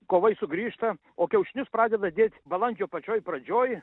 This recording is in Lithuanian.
kovai sugrįžta o kiaušinius pradeda dėt balandžio pačioj pradžioj